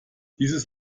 dieses